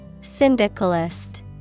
Syndicalist